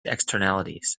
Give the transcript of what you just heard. externalities